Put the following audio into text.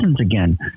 again